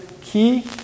key